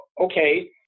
okay